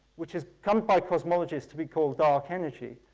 which has come by cosmologists to be called dark energy.